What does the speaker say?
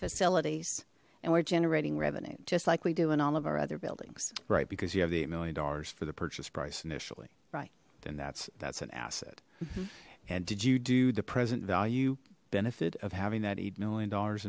facilities and we're generating revenue just like we do in all of our other buildings right because you have the eight million dollars for the purchase price initially right then that's that's an asset and did you do the present value benefit of having that eight million dollars